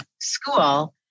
school